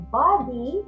body